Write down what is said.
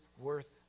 worth